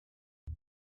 you